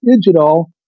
digital